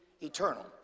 eternal